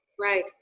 Right